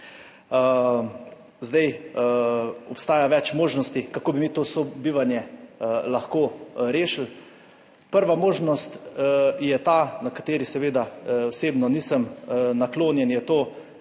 Obstaja več možnosti kako bi mi to sobivanje lahko rešili. Prva možnost je ta kateri seveda osebno nisem naklonjen, je to,